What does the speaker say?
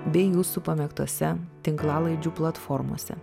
bei jūsų pamėgtose tinklalaidžių platformose